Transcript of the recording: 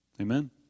Amen